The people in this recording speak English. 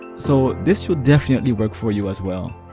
so this should definitely work for you as well.